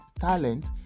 talent